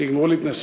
שיגמרו להתנשק.